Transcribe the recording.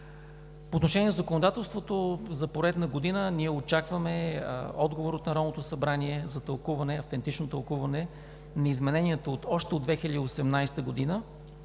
По отношение на законодателството. За поредна година ние очакваме отговор от Народното събрание за автентично тълкуване на изменението още от 2018 г.,